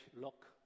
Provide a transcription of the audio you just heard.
look